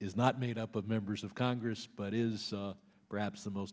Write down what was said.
is not made up of members of congress but is perhaps the most